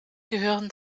gehören